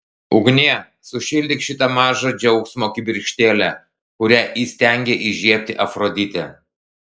ugnie sušildyk šitą mažą džiaugsmo kibirkštėlę kurią įstengė įžiebti afroditė